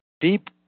Deep